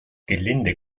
gelinde